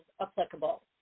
applicable